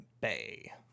Bay